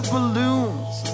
Balloons